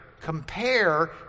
Compare